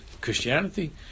Christianity